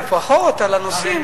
לפחות על הנושאים,